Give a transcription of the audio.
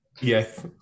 Yes